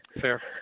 Fair